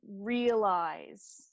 realize